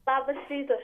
labas rytas